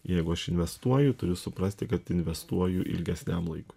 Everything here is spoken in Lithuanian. jeigu aš investuoju turiu suprasti kad investuoju ilgesniam laikui